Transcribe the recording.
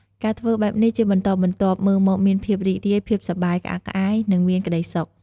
ការធ្វើបែបនេះជាបន្តបន្ទាប់ មើលមកមានភាពរីករាយ ភាពសប្បាយក្អាក់ក្អាយ និងមានក្តីសុខ។